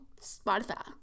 Spotify